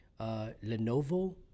Lenovo